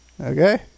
Okay